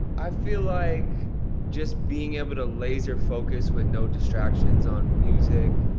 i feel like just being able to laser focus with no distractions on music.